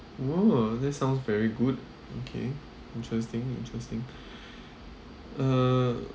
!woo! that sounds very good okay interesting interesting uh